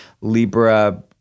Libra